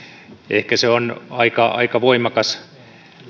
ehkä se on aika voimakas